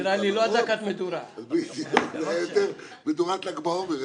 נראה יותר כמו מדורת ל"ג בעומר.